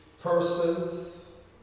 persons